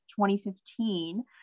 2015